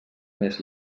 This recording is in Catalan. més